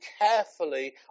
carefully